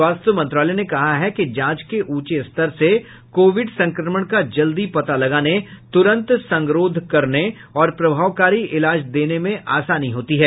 स्वास्थ्य मंत्रालय ने कहा है कि जांच के ऊंचे स्तर से कोविड संक्रमण का जल्दी पता लगाने तुरन्त संगरोध करने और प्रभावकारी इलाज देने में आसानी होती है